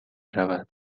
رود